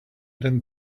didn’t